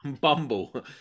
Bumble